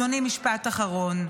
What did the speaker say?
אדוני, משפט אחרון.